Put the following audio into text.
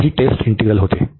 तर ही test integral होते